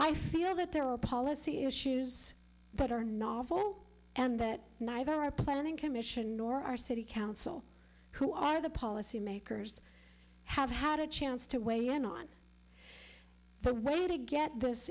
i feel that there are policy issues but are novel and that neither our planning commission or our city council who are the policymakers have had a chance to weigh in on the way to get this